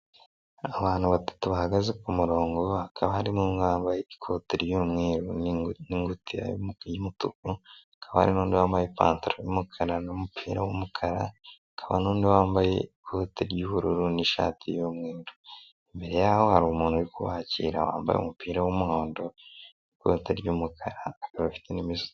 Abantu batatu bahagaze ku murongo hakaba harimo umwe wambaye ikote ry'umweru n'ingutiya y'umutuku hakaba ari n'undi wambaye ipantaro y'umukara n'umupira w'umukara hakaba n'undi wambaye ikote ry'ubururu n'ishati y'umweru imbere yaho hari umuntu uri kwakira wambaye umupira w'umuhondo n'ikote ry'umukara akaba afite imitsi.